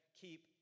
keep